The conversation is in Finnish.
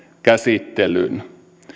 käsittelyn